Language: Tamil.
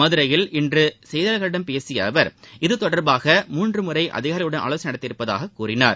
மதுரையில் இன்று செய்தியாளர்களிடம் பேசிய அவர் இது தொடர்பாக மூன்று முறை அதிகாரிகளுடன் ஆலோசனை நடத்தியுள்ளதாகக் கூறினார்